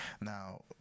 now